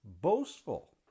boastful